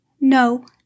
No